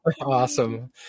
Awesome